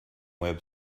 web